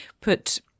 put